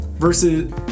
Versus